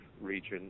region